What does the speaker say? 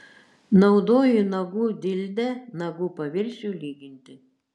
naudoji nagų dildę nagų paviršiui lyginti